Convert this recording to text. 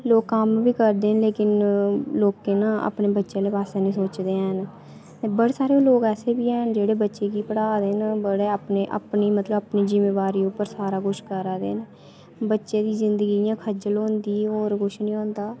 लोक कम्म बी करदे न लेकिन लोकें गी ना अपने बच्चे आह्ला पास्सै नेईं सोचदे हैन ते बड़े सारे लोक ऐसे बी हैन जेह्ड़े बच्चे गी पढ़ा दे न बड़े अपने अपनी मतलब अपनी जिम्मेवारी उप्पर सारा किश करै दे न बच्चे दी जिंदगी इयां खज्जल होंदी होर कुछ नेईं होंदा